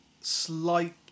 slight